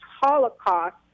Holocaust